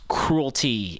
cruelty